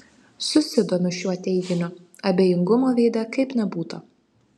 susidomiu šiuo teiginiu abejingumo veide kaip nebūta